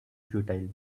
futile